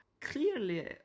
clearly